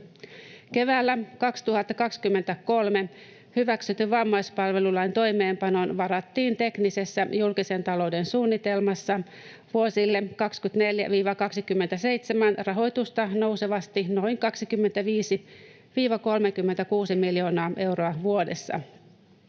Keväällä 2023 hyväksytyn vammaispalvelulain toimeenpanoon varattiin teknisessä julkisen talouden suunnitelmassa vuosille 2024—2027 rahoitusta nousevasti noin 25—36 miljoonaa euroa vuodessa.